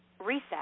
reset